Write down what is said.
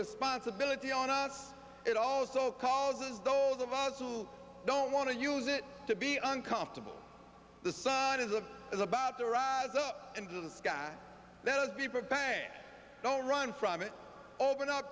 responsibility on us it also causes those of us who don't want to use it to be uncomfortable the sun is a is about to rise up into the sky those people bang don't run from it open up